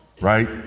right